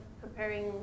preparing